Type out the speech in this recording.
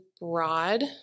broad